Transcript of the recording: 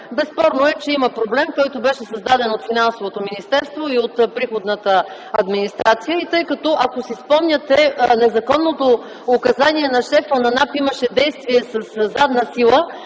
Безспорно е, че има проблем, който беше създаден от Финансовото министерство и от приходната администрация. Ако си спомняте, незаконното указание на шефа на НАП имаше действие със задна сила.